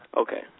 Okay